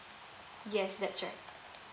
yes that's right